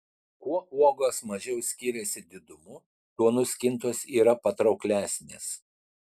kuo uogos mažiau skiriasi didumu tuo nuskintos yra patrauklesnės